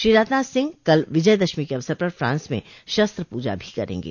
श्री राजनाथ सिंह कल विजय दशमी के अवसर पर फ्रांस में शस्त्र पूजा भी करेंगे